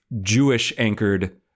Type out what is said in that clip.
Jewish-anchored